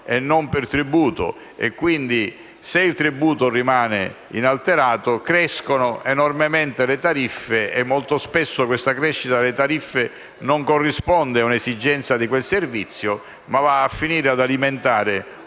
e non per tributo e, quindi, se il tributo rimane inalterato, crescono enormemente le tariffe. Inoltre, molto spesso la crescita delle tariffe non corrisponde a un'esigenza del servizio, ma finisce per alimentare